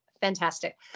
fantastic